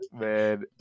man